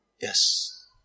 Yes